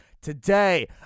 Today